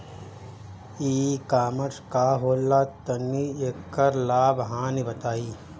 ई कॉमर्स का होला तनि एकर लाभ हानि बताई?